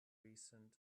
recent